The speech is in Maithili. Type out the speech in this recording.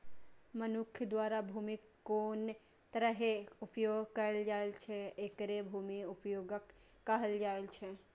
मनुक्ख द्वारा भूमिक कोन तरहें उपयोग कैल जाइ छै, एकरे भूमि उपयोगक कहल जाइ छै